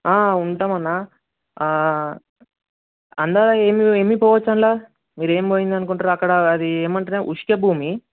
ఉంటాం అన్న అన్న ఏమి ఏమిపోవచ్చు అందులా మీరు ఏమి పోయిందనుకుంటుర్రు అక్కడ ఏమంటారు ఉసుక భూమి